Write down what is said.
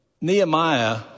Nehemiah